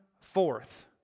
forth